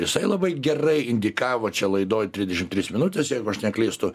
jisai labai gerai indikavo čia laidoj trisdešim trys minutės jeigu aš neklystu